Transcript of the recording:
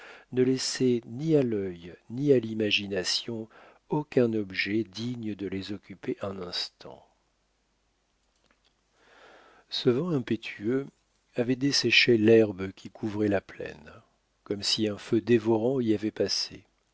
ne laissait ni à l'œil ni à l'imagination aucun objet digne de les occuper un instant ce vent impétueux avait desséché l'herbe qui couvrait la plaine comme si un feu dévorant y avait passé